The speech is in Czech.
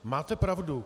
Máte pravdu.